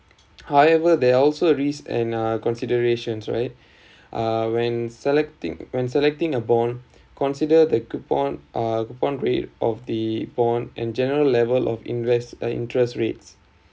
however there are also a risk and uh considerations right uh when selecting when selecting a bond consider the coupon uh coupon rate of the bond and general level of invest or interest rates